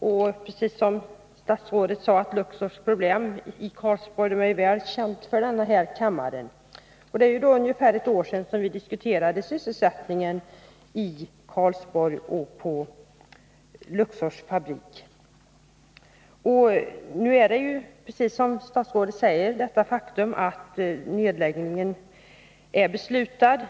Av statsrådets svar framgår att Luxors problem i Karlsborg är väl känt för denna kammare. Det är ungefär ett år sedan vi diskuterade sysselsättningen vid Luxors fabrik och i Karlsborg över huvud taget. Som statsrådet säger i sitt svar är nedläggningen nu beslutad.